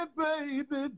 baby